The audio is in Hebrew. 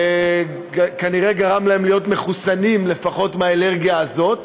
כנראה גרם להם להיות מחוסנים לפחות לאלרגיה הזאת.